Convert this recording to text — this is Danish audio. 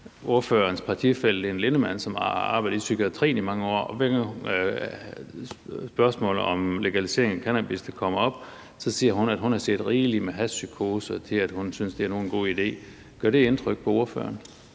ordførerens partifælle Lene Linnemann, som har arbejdet i psykiatrien i mange år, og hver gang spørgsmålet om legalisering af cannabis kommer op, siger hun, at hun har set rigelig med hashpsykoser til, at hun synes, det er nogen god idé. Gør det indtryk på ordføreren?